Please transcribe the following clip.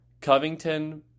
Covington